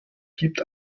gibt